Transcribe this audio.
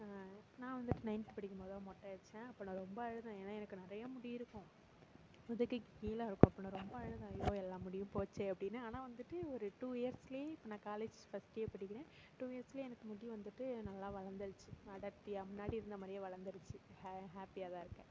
நான் வந்துட்டு நைன்த்து படிக்கும்போது தான் மொட்டை அடித்தேன் அப்போ நான் ரொம்ப அழுதேன் ஏன்னால் எனக்கு நிறையா முடி இருக்கும் முதுகுக்கு கீழே இருக்கும் ரொம்ப அழகாக ஐயோ எல்லாம் முடியும் போச்சே அப்படின்னு ஆனால் வந்துட்டு ஒரு டூ இயர்ஸில் இப்போ நான் காலேஜ் ஃபஸ்ட் இயர் படிக்கிறேன் டூ இயர்ஸில் எனக்கு முடி வந்துட்டு நல்லா வளர்ந்துருச்சி அடர்த்தியாக முன்னாடி இருந்த மாதிரியே வளர்ந்துருச்சி ஹேர் ஹேப்பியாக தான் இருக்கேன்